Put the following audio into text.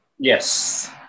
Yes